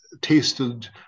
tasted